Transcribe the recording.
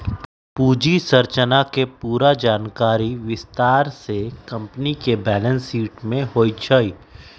पूंजी संरचना के पूरा जानकारी विस्तार से कम्पनी के बैलेंस शीट में होई छई